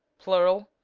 plural.